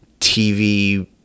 TV